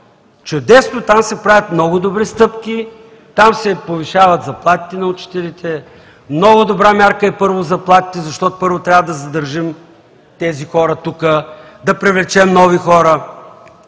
Чудесно, там се правят много добри стъпки. Там се повишават заплатите на учителите. Много добра мярка е, първо, заплатите, защото първо трябва да задържим тези хора тук, да привлечем нови хора.